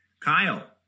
Kyle